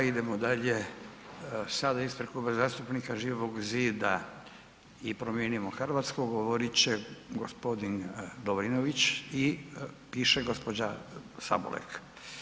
Idemo dalje, sada ispred Kluba zastupnika Živog zida i Promijenimo Hrvatsku govorit će gospodin Lovrinović i piše gospođa Sabolek.